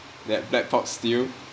that black pork stew